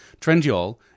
Trendyol